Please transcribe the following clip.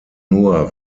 nur